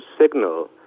signal